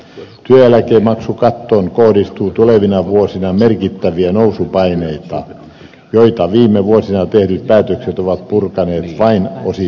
työeläkemaksukattoon kohdistuu tulevina vuosina merkittäviä nousupaineita joita viime vuosina tehdyt päätökset ovat purkaneet vain osittain